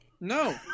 No